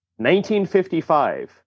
1955